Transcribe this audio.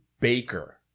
Baker